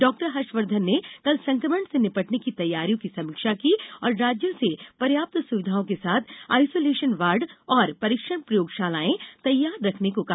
doctor Harshvardhan ने कल संकमण से निपटने की तैयारियों की समीक्षा की और राज्यों से पर्याप्त सुविधाओं के साथ आईसोलेशन वार्ड और परीक्षण प्रयोगशालाएं तैयार रखने को कहा